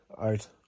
out